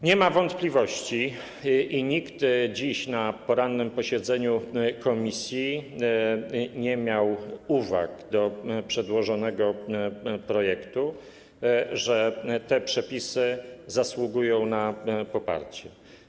Nie ma wątpliwości -nikt dziś na porannym posiedzeniu komisji nie miał uwag do przedłożonego projektu - że te przepisy zasługują na poparcie.